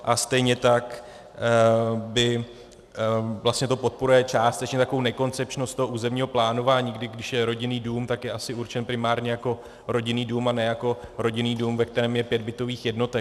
A stejně tak by vlastně to podporuje částečně takovou nekoncepčnost územního plánování, kdy když je rodinný dům, tak je asi určen primárně jako rodinný dům a ne jako rodinný dům, ve kterém je pět bytových jednotek.